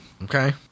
Okay